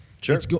Sure